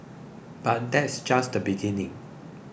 but that's just the beginning